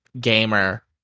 gamer